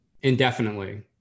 indefinitely